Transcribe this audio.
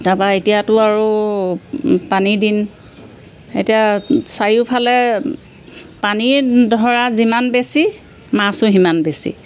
তাৰাপা এতিয়াতো আৰু পানী দিন এতিয়া চাৰিওফালে পানী ধৰা যিমান বেছি মাছো সিমান বেছি